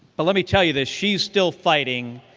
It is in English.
but let me tell you this. she's still fighting,